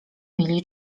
mieli